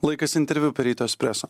laikas interviuper ryto espreso